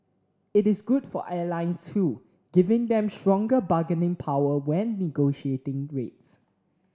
it is good for airlines too giving them stronger bargaining power when negotiating rates